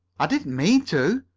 i didn't mean to,